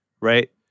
right